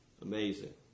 Amazing